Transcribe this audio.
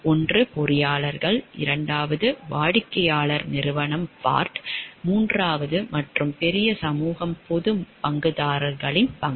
ஒன்று பொறியாளர்கள் இரண்டாவது வாடிக்கையாளர் நிறுவனம் பார்ட் மூன்றாவது மற்றும் பெரிய சமூகம் பொது பங்குதாரர்களின் பங்கு